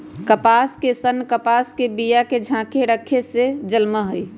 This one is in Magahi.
कपास के सन्न कपास के बिया के झाकेँ रक्खे से जलमइ छइ